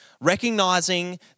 recognizing